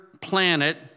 planet